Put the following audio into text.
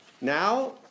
now